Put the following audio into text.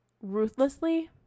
ruthlessly